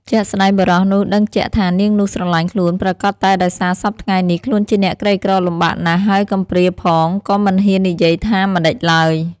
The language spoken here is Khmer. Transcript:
ជាក់ស្ដែងបុរសនោះដឹងជាក់ថានាងនោះស្រឡាញ់ខ្លួនប្រាកដតែដោយថាសព្វថ្ងៃនេះខ្លួនជាអ្នកក្រីក្រលំបាកណាស់ហើយកំព្រាផងក៏មិនហ៊ាននិយាយថាម្ដេចឡើយ។